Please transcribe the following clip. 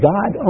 God